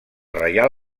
reial